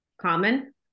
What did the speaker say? common